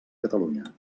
catalunya